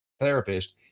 Therapist